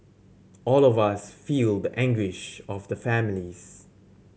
all of us feel the anguish of the families